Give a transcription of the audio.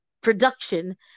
production